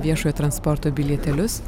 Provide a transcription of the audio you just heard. viešojo transporto bilietėlius